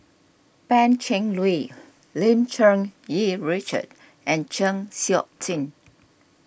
Pan Cheng Lui Lim Cherng Yih Richard and Chng Seok Tin